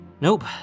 Nope